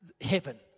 heaven